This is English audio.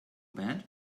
bad